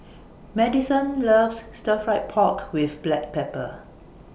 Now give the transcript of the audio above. Madyson loves Stir Fried Pork with Black Pepper